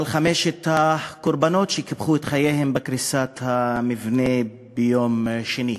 על חמשת הקורבנות שקיפחו את חייהם בקריסת המבנה ביום שני.